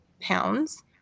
pounds